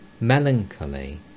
Melancholy